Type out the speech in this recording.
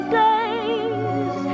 days